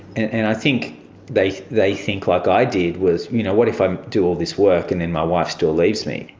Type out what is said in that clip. and i think they they think like i did, you know, what if i do all this work and then my wife still leaves me.